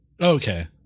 Okay